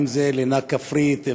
אם זה לינה כפרית,